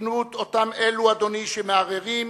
בגנות אותם אלו, אדוני, שמערערים